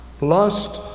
Lust